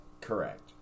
Correct